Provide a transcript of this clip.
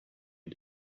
you